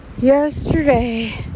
Yesterday